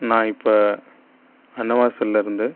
நான் இப்போ அன்னவாசல்லிருந்து